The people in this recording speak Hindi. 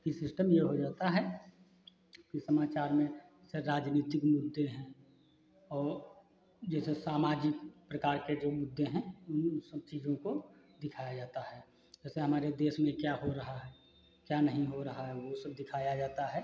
कि सिस्टम यह हो जाता है कि समाचार में जैसे राजनीतिक मुद्दे हैं और जैसे सामाजिक प्रकार के जो मुद्दे हैं उन सब चीज़ों को दिखाया जाता है जैसे हमारे देश में क्या हो रहा है क्या नहीं हो रहा है वह सब दिखाया जाता है